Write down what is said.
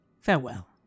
farewell